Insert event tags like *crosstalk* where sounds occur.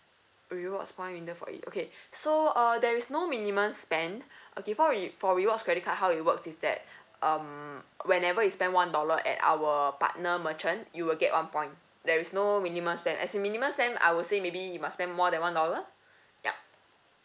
rewards point minimum for it okay *breath* so uh there is no minimum spend *breath* okay for re~ for rewards credit card how it works is that *breath* um whenever you spend one dollar at our partner merchant you will get one point there is no minimum spend as in minimum spend I would say maybe you must spend more than one dollar *breath* yup